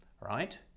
right